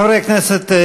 חברי הכנסת,